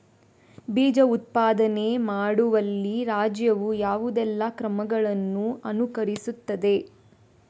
ಬೀಜ ಉತ್ಪಾದನೆ ಮಾಡುವಲ್ಲಿ ರಾಜ್ಯವು ಯಾವುದೆಲ್ಲ ಕ್ರಮಗಳನ್ನು ಅನುಕರಿಸುತ್ತದೆ?